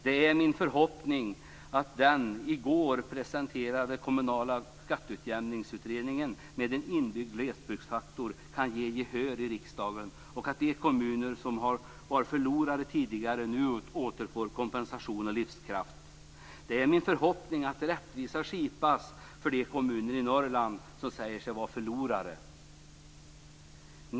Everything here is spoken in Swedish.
Det är min förhoppning att den i går presenterade Kommunala skatteutjämningsutredningen med förslaget om en inbyggd glesbygdsfaktor kan få gehör i riksdagen och att de kommuner som tidigare har varit förlorare nu åter får kompensation och livskraft. Det är min förhoppning att rättvisa skipas för de kommuner i Norrland som säger sig vara förlorare.